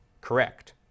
correct